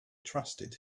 trusted